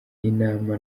inama